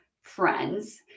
friends